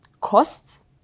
costs